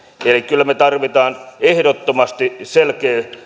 eli kyllä me tarvitsemme ehdottomasti selkeän